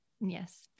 Yes